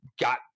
got